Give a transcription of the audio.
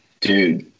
dude